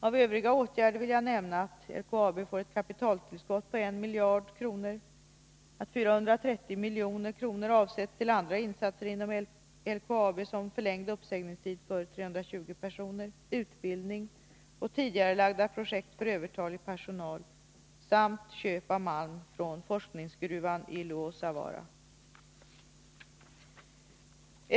Av övriga åtgärder vill jag nämna att LKAB får ett kapitaltillskott på 1 miljard kronor. 430 milj.kr. avsätts till andra insatser inom LKAB som förlängd uppsägningstid för 320 personer, utbildning och tidigarelagda projekt för övertalig personal samt till köp av malm från forskningsgruvan i Luossavaara.